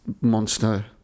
monster